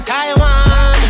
Taiwan